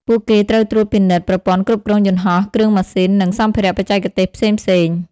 ពួកគេត្រូវត្រួតពិនិត្យប្រព័ន្ធគ្រប់គ្រងយន្តហោះ គ្រឿងម៉ាស៊ីន និងសម្ភារៈបច្ចេកទេសផ្សេងៗ។